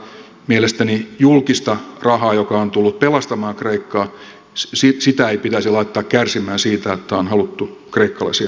mielestäni julkista rahaa joka on tullut pelastamaan kreikkaa ei pitäisi laittaa kärsimään siitä että on haluttu kreikkalaisia auttaa